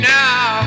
now